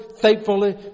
faithfully